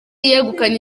yegukanye